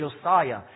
Josiah